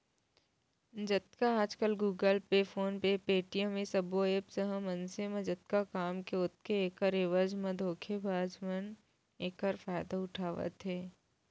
जतका आजकल Google Pay, PhonePe, Paytm ए सबो ऐप्स ह मनसे म जतका काम के हे ओतके ऐखर एवज म धोखेबाज मन एखरे फायदा उठावत हे